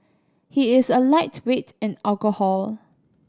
he is a lightweight in alcohol